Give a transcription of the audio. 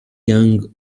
young